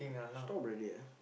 stop already ah